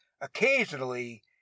occasionally